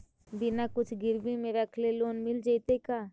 बिना कुछ गिरवी मे रखले लोन मिल जैतै का?